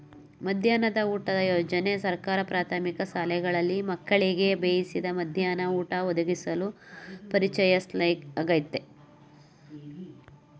ಮಧ್ಯಾಹ್ನದ ಊಟ ಯೋಜನೆ ಸರ್ಕಾರಿ ಪ್ರಾಥಮಿಕ ಶಾಲೆಗಳಲ್ಲಿ ಮಕ್ಕಳಿಗೆ ಬೇಯಿಸಿದ ಮಧ್ಯಾಹ್ನ ಊಟ ಒದಗಿಸಲು ಪರಿಚಯಿಸ್ಲಾಗಯ್ತೆ